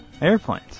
Airplanes